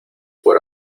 por